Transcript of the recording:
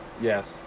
Yes